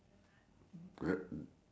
overflowed ah overflowed ah